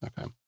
Okay